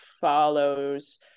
follows